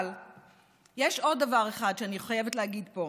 אבל יש עוד דבר אחד שאני חייבת להגיד פה: